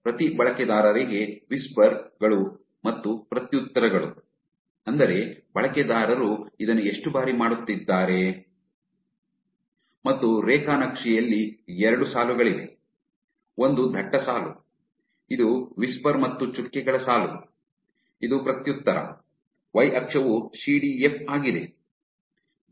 ಪ್ರತಿ ಬಳಕೆದಾರರಿಗೆ ವಿಸ್ಪರ್ ಗಳು ಮತ್ತು ಪ್ರತ್ಯುತ್ತರಗಳು ಅಂದರೆ ಬಳಕೆದಾರರು ಇದನ್ನು ಎಷ್ಟು ಬಾರಿ ಮಾಡುತ್ತಿದ್ದಾರೆ ಮತ್ತು ರೇಖಾ ನಕ್ಷೆನಲ್ಲಿ ಎರಡು ಸಾಲುಗಳಿವೆ ಒಂದು ದಟ್ಟ ಸಾಲು ಇದು ವಿಸ್ಪರ್ ಮತ್ತು ಚುಕ್ಕೆಗಳ ಸಾಲು ಇದು ಪ್ರತ್ಯುತ್ತರ ವೈ ಅಕ್ಷವು ಸಿಡಿಎಫ್ ಆಗಿದೆ